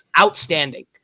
outstanding